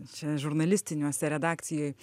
čia žurnalistiniuose redakcijoj